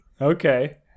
Okay